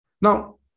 Now